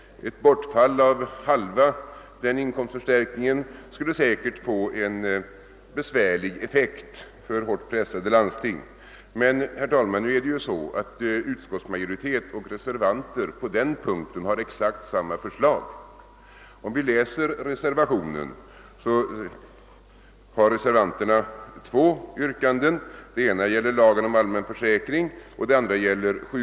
Ett bortfall av halva denna inkomstförstärkning skulle säkert få en besvärlig effekt för hårt pressade landsting. Men, herr talman, utskottsmajoriteten och reservanterna har på den punkten exakt samma förslag. Om vi läser reservationen finner vi att reservanterna har två yrkanden. Det ena avser lagen om allmän försäk. ring, det andra sjukvårdslagen.